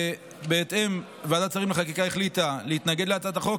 ובהתאם ועדת שרים לחקיקה החליטה להתנגד להצעת החוק.